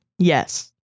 Yes